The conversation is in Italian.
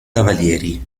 cavalieri